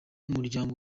umuryango